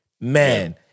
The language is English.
man